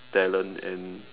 talent and